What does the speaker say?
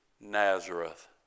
Nazareth